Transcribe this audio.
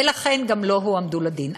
ולכן גם לא הועמדו לדין.